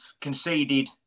conceded